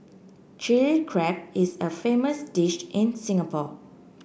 Chilli Crab is a famous dish in Singapore